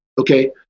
Okay